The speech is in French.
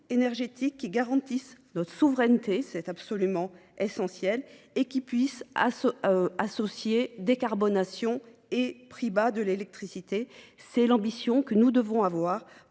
énergétique qui garantisse notre souveraineté – c’est absolument essentiel – tout en associant décarbonation et prix bas de l’électricité. C’est l’ambition que nous devons avoir